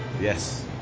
Yes